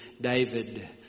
David